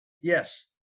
yes